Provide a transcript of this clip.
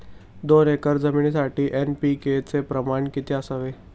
दोन एकर जमीनीसाठी एन.पी.के चे प्रमाण किती असावे?